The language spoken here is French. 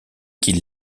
qu’ils